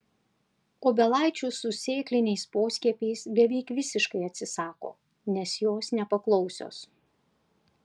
obelaičių su sėkliniais poskiepiais beveik visiškai atsisako nes jos nepaklausios